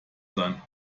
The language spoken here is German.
sein